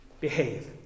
behave